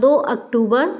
दो अक्टूबर